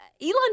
Elon